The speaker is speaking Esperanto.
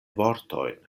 vortojn